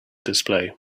display